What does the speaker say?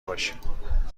باشیم